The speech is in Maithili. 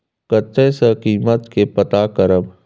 कतय सॅ कीमत के पता करब?